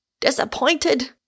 Disappointed